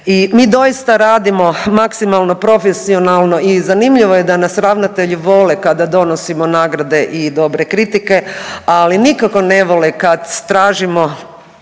i mi doista radimo maksimalno profesionalno i zanimljivo je da nas ravnatelji vole kada donosimo nagrade i dobre kritike, ali nikako ne vole kad tražimo